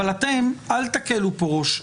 אבל אתם, אל תקלו פה ראש.